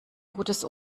gutes